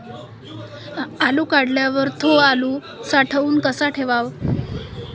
आलू काढल्यावर थो आलू साठवून कसा ठेवाव?